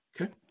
Okay